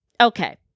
okay